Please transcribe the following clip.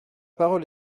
parole